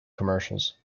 commercials